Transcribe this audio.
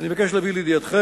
אני מבקש להביא לידיעתכם: